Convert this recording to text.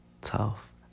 Tough